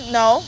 no